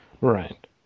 Right